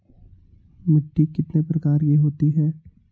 मिट्टी कितने प्रकार की होती हैं?